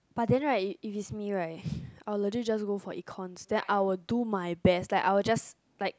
but then right if you me right I will let you just go for econs then I will do my best like I will just like